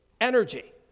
Energy